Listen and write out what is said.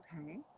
Okay